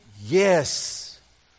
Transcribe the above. Yes